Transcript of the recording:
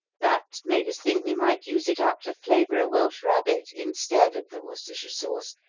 that made us think we might use it up to flavor a welsh rabbit, instead of the worcestershire sauce,